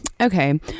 okay